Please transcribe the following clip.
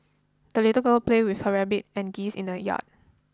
the little girl played with her rabbit and geese in the yard